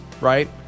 right